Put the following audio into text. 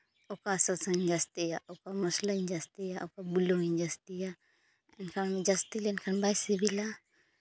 ᱚᱠᱟ ᱥᱟᱥᱟᱝ ᱡᱟᱹᱥᱛᱤᱭᱟ ᱚᱠᱟ ᱢᱚᱥᱞᱟᱧ ᱡᱟᱹᱥᱛᱤᱭᱟ ᱚᱠᱟ ᱵᱩᱞᱩᱝ ᱤᱧ ᱡᱟᱹᱥᱛᱤᱭᱟ ᱮᱱᱠᱷᱟᱱ ᱡᱟᱹᱥᱛᱤ ᱞᱮᱱᱠᱷᱟᱱ ᱵᱟᱭ ᱥᱤᱵᱤᱞᱟ